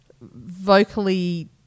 vocally